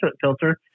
filter